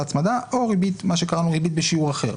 הצמדה או ריבית שקראנו לה "ריבית בשיעור אחר".